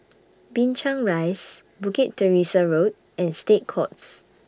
Binchang Rise Bukit Teresa Road and State Courts